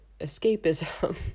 escapism